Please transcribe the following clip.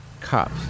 cops